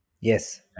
Yes